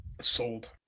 sold